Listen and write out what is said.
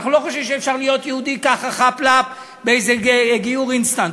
אנחנו לא חושבים שאפשר להיות יהודי ככה חאפ-לאפ באיזה גיור אינסטנט.